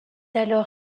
alors